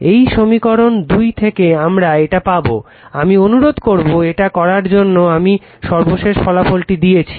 এই সমীকরণ 2 থেকে আমারা এটা পাবো আমি অনুরধ করবো এটা করার জন্য আমি সর্বশেষ ফলাফলটি দিয়েছি